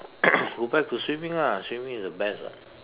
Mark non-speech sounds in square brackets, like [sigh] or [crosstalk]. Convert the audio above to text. [coughs] go back to swimming lah swimming is the best [what]